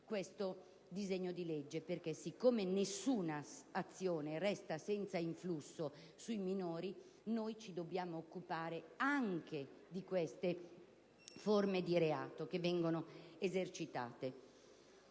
questo disegno di legge. Poiché nessuna azione resta senza influsso sui minori, ci dobbiamo occupare anche di queste forme di reato che vengono esercitate.